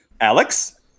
Alex